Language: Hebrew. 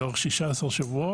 לאורך 16 שבועות.